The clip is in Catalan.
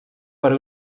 per